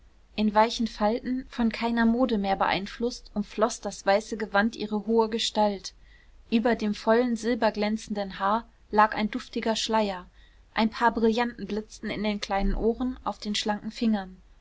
in weichen falten von keiner mode mehr beeinflußt umfloß das weiße gewand ihre hohe gestalt über dem vollen silberglänzenden haar lag ein duftiger schleier ein paar brillanten blitzten in den kleinen ohren auf den schlanken fingern